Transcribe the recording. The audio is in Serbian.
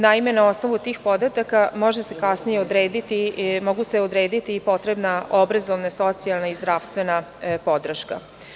Naime, na osnovu tih podataka mogu se kasnije odrediti potrebna obrazovna, socijalna i zdravstvena podrška.